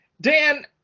Dan